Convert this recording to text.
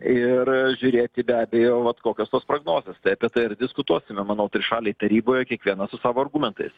ir žiūrėti be abejo vat kokios tos prognozės tai apie tai ir diskutuosime manau trišalėj taryboje kiekvienas su savo argumentais